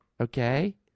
okay